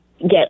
get